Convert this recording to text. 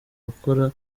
gukora